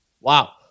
Wow